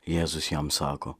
jėzus jam sako